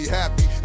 happy